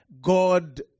God